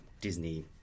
Disney